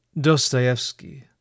Dostoevsky